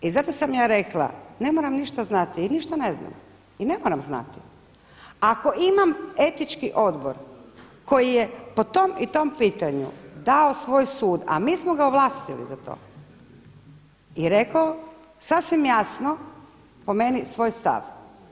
I zato sam ja rekla ne moram ništa znati i ništa ne znam i ne moram znati ako imam Etički odbor koji je po tom i tom pitanju dao svoj sud, a mi smo ga ovlastili za to i rekao sasvim jasno po meni svoj stav.